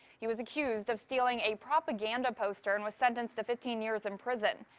he was accused of stealing a propaganda poster and was sentenced to fifteen years in prison.